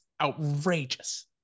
outrageous